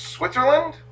Switzerland